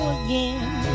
again